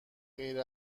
غیر